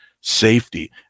safety